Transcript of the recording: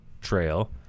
trail